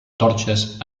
torxes